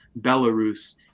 Belarus